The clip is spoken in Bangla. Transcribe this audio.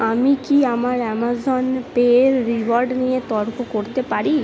আমি কি আমার অ্যামাজন পের রিওয়ার্ড নিয়ে তর্ক করতে পারি